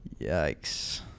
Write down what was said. Yikes